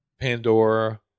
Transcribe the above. Pandora